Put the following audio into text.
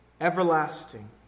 everlasting